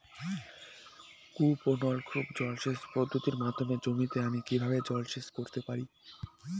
কূপ ও নলকূপ জলসেচ পদ্ধতির মাধ্যমে জমিতে আমি কীভাবে জলসেচ করতে পারি?